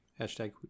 Hashtag